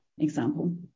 example